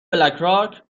بلکراک